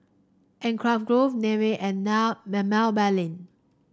grove Nivea and now